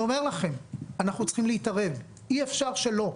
צריכים להתערב, אי-אפשר שלא.